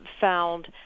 found